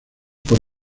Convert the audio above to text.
por